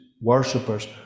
worshippers